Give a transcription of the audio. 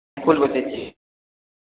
फूल बेचै छी